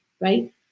Right